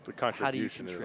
but contribution.